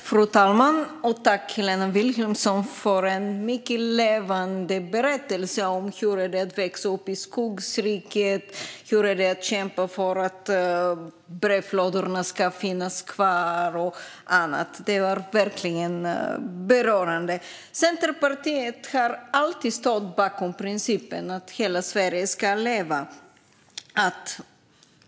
Fru talman! Tack, Helena Vilhelmsson, för en mycket levande berättelse om hur det är att växa upp i skogsriket, kämpa för att brevlådorna ska finnas kvar och annat! Det var verkligen berörande. Centerpartiet har alltid stått bakom principen att hela Sverige ska leva.